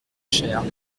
chère